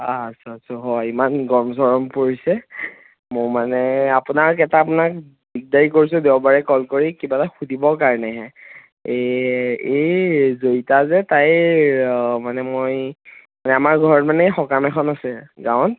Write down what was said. আছোঁ আছোঁ হয় ইমান গৰম চৰম পৰিছে মোৰ মানে আপোনাক এটা আপোনাক দিগদাৰি কৰিছোঁ দেওবাৰে কল কৰি কিবা সুধিবৰ কাৰণেহে এই এই জয়িতা যে তাই মানে মই মানে আমাৰ ঘৰত মানে সকাম এখন আছে গাঁৱত